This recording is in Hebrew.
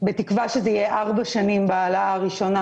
בתקווה שזה יהיה ארבע שנים בהעלאה הראשונה